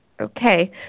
okay